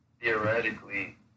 theoretically